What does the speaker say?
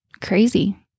crazy